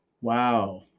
Wow